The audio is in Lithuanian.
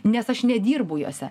nes aš nedirbu jose